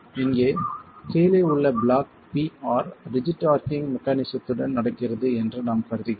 இங்கே கீழே உள்ள பிளாக் pr ரிஜிட் ஆர்ச்சிங் மெக்கானிசத்துடன் நடக்கிறது என்று நாம் கருதுகிறோம்